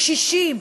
קשישים,